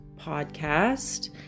podcast